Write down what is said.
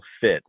fit